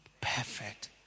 perfect